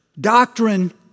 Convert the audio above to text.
Doctrine